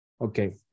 Okay